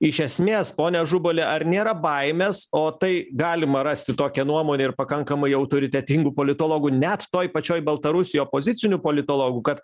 iš esmės pone ažubali ar nėra baimės o tai galima rasti tokią nuomonę ir pakankamai autoritetingų politologų net toj pačioj baltarusijoj opozicinių politologų kad